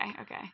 Okay